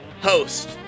host